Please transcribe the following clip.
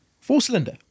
Four-cylinder